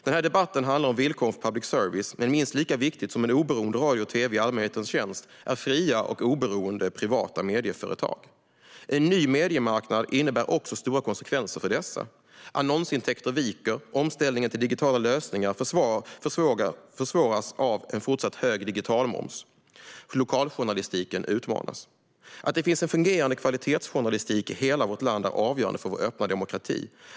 Den här debatten handlar om villkoren för public service, men minst lika viktigt som en oberoende radio och tv i allmänhetens tjänst är fria och oberoende privata medieföretag. En ny mediemarknad innebär också stora konsekvenser för dessa. Annonsintäkter viker, och omställningen till digitala lösningar försvåras av en fortsatt hög digitalmoms, vilket gör att lokaljournalistiken utmanas. Att det finns en fungerande kvalitetsjournalistik i hela landet är avgörande för vår öppna demokrati.